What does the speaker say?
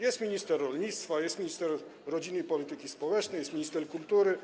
Jest minister rolnictwa, jest minister rodziny i polityki społecznej, jest minister kultury,